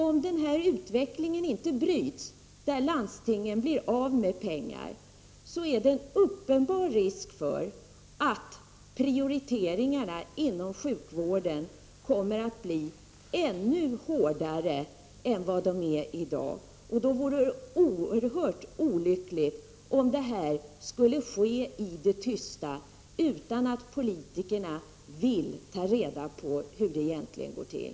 Om den utveckling som innebär att landstingen förlorar resurser fortsätter finns det en uppenbar risk för att prioriteringarna inom sjukvården kommer att bli ännu hårdare än vad de är i dag. Det vore oerhört olyckligt om det skulle ske i det tysta — utan att politikerna ville ta reda på hur det egentligen går till.